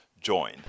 join